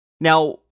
Now